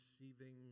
receiving